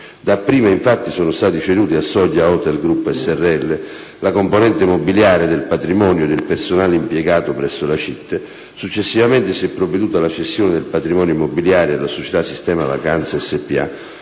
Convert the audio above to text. Dapprima, infatti, sono stati ceduti a Soglia Hotel Group s.r.l. la componente mobiliare del patrimonio ed il personale impiegato presso la CIT; successivamente, si è provveduto alla cessione del patrimonio immobiliare alla società Sistema Vacanze s.p.a.,